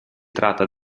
tratta